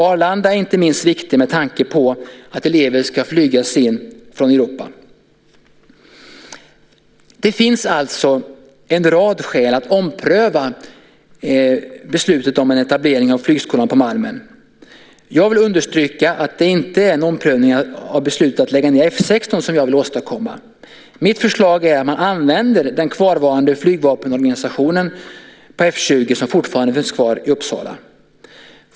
Arlanda är inte minst viktigt med tanke på att elever ska flygas in från Europa. Det finns alltså en rad skäl att ompröva beslutet om en etablering av flygskolan på Malmen. Jag vill understryka att det inte är en omprövning av beslutet att lägga ned F 16 som jag vill åstadkomma. Mitt förslag är att man använder den flygvapenorganisation på F 20 som fortfarande finns kvar i Uppsala.